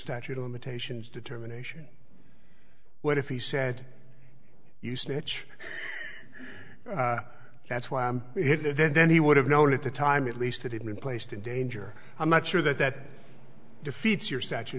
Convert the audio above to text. statute of limitations determination what if he said you snitch that's why i'm here then then he would have known at the time at least that he'd been placed in danger i'm not sure that that defeats your statu